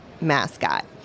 mascot